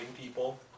people